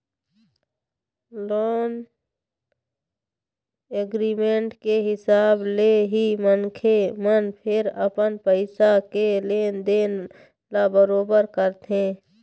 loan agreement के हिसाब ले ही मनखे मन फेर अपन पइसा के लेन देन ल बरोबर करथे